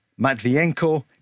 Matvienko